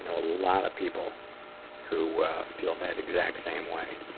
and a lot of people who feel that exact same way.